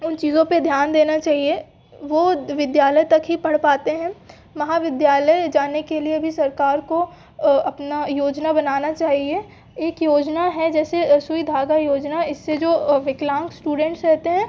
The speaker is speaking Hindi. उन चीज़ों पे ध्यान देना चाहिए वो विद्यालय तक ही पढ़ पाते हैं महाविद्यालय जाने के लिए भी सरकार को अपना योजना बनाना चाहिए एक योजना है जैसे सुई धागा योजना इससे जो विकलांग इस्टूडेंट्स रहते हैं